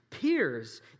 Peers